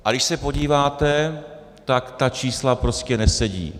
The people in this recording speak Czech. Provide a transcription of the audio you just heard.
A když se podíváte, tak ta čísla prostě nesedí.